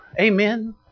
Amen